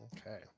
Okay